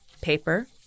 paper